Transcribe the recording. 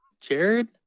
Jared